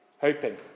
hoping